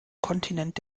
kontinent